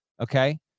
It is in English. Okay